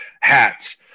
hats